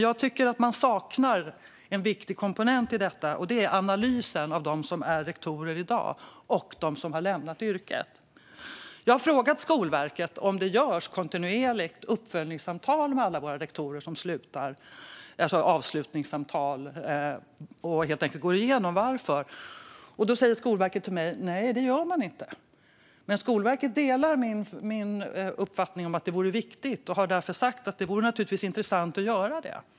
Jag tycker dock att det saknas en viktig komponent i detta, och det är analyser gällande dem som är rektorer i dag och dem som har lämnat yrket. Jag har frågat Skolverket om det kontinuerligt görs uppföljnings eller avslutningssamtal med de rektorer som slutar och helt enkelt går igenom varför. Då säger Skolverket till mig att det gör man inte. Skolverket delar dock min uppfattning att det vore viktigt och har därför sagt att det naturligtvis vore intressant att göra det.